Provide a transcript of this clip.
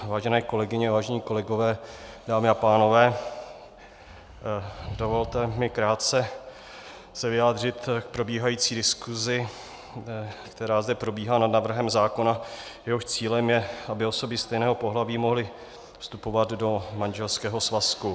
Vážené kolegyně, vážení kolegové, dámy a pánové., dovolte mi krátce se vyjádřit k probíhající diskuzi, která zde probíhá nad návrhem zákona, jehož cílem je, aby osoby stejného pohlaví mohly vstupovat do manželského svazku.